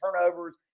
turnovers